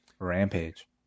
Rampage